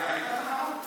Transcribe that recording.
הייתה תחרות.